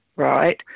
right